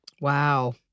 Wow